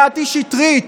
קטי שטרית,